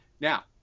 Now